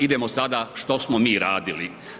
Idemo sada što smo mi radili.